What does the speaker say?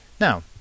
Now